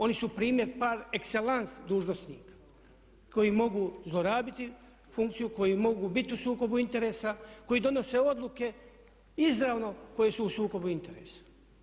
Oni su primjer par excellance dužnosnika koji mogu zlorabiti funkciju, koji mogu biti u sukobu interesa, koji donose odluke izravno koje su u sukobu interesa.